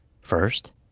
First